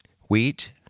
Wheat